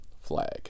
Flag